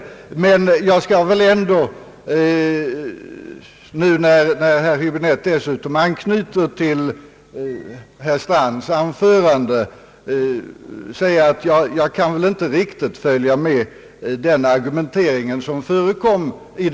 Emellertid borde jag väl ändå framhålla, när herr Häbinette dessutom anknöt till herr Strands anförande, att jag inte riktigt kan följa med den argumentering som förekom där.